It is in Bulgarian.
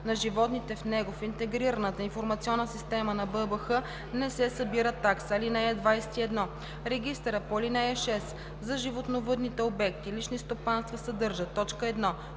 на животните в него в Интегрираната информационна система на БАБХ не се събира такса. (21) Регистърът по ал. 6 за животновъдните обекти – лични стопанства съдържа: